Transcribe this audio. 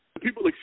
People